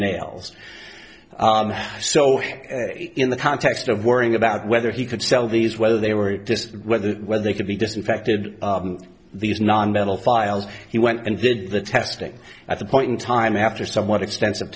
nails so in the context of worrying about whether he could sell these whether they were just whether whether they could be disinfected these non mental files he went and did the testing at the point in time after someone extensive